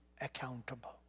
accountable